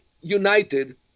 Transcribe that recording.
united